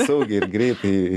saugiai ir greitai